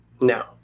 now